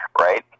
right